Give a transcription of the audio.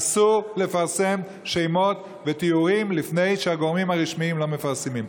אסור לפרסם שמות ותיאורים לפני שהגורמים הרשמיים מפרסמים.